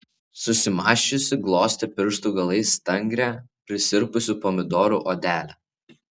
susimąsčiusi glostė pirštų galais stangrią prisirpusių pomidorų odelę